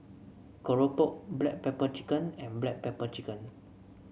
Claypot Rice Nasi Campur and Sambal Stingray